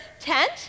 tent